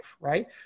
Right